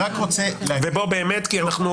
הדוגמה הבאה היא הנושא